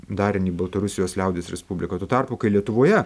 darinį baltarusijos liaudies respublikoj o tuo tarpu kai lietuvoje